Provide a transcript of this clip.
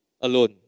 alone